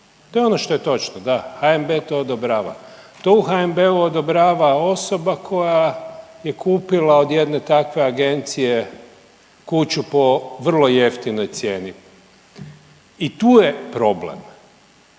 To je ono što je točno, da, HNB to odobrava. To u HNB-u odobrava osoba koja je kupila od jedne takve agencije kuću po vrlo jeftinoj cijeni i tu je problem.